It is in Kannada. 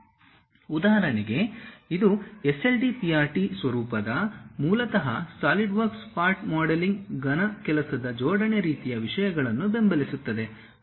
ಉದಾಹರಣೆಗೆ ಇದು SLDPRT ಸ್ವರೂಪ ಮೂಲತಃ ಸಾಲಿಡ್ವರ್ಕ್ಸ್ ಪಾರ್ಟ್ ಮಾಡೆಲಿಂಗ್ ಘನ ಕೆಲಸದ ಜೋಡಣೆ ರೀತಿಯ ವಿಷಯಗಳನ್ನು ಬೆಂಬಲಿಸುತ್ತದೆ